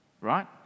Right